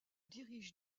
dirige